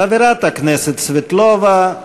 חברת הכנסת סבטלובה,